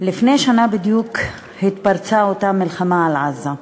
לפני שנה בדיוק פרצה אותה מלחמה על עזה,